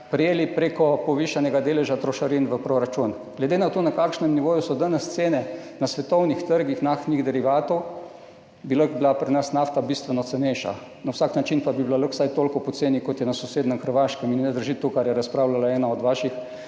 prejeli prek povišanega deleža trošarin v proračunu. Glede na to, na kakšnem nivoju so danes cene na svetovnih trgih naftnih derivatov, bi lahko bila pri nas nafta bistveno cenejša, na vsak način pa bi bila lahko vsaj tako poceni, kot je na sosednjem Hrvaškem, in ne drži to, kar je razpravljala ena od vaših